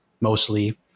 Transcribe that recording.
mostly